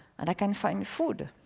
and i can find food.